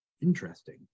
Interesting